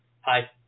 Hi